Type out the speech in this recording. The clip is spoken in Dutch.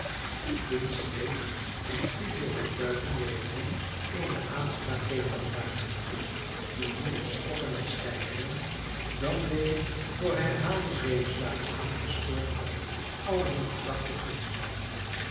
het kind schreeuwt en cudjoe houdt buiten wederom eene aanspraak tegen de paarden die nu eens schoppen en steigeren dan weder door herhaalde zweepslagen aangespoord al hunne krachten inspannen